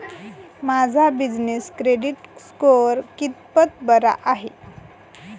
माझा business credit score कितपत बरा आहे?